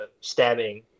stabbing